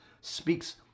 speaks